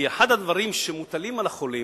כי אחד הדברים שמוטלים על החולים,